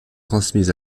transmises